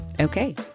Okay